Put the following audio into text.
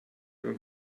beim